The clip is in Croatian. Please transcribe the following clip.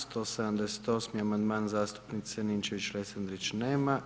178. amandman zastupnice Ninčević-Lesandrić nema.